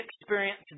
experience